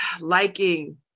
liking